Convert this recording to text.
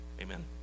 amen